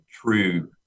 true